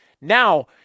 now